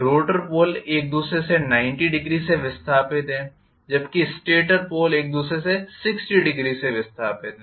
rotor pole एक दूसरे से 900 से विस्थापित है जबकि स्टेटर पोल एक दूसरे से 600 से विस्थापित हैं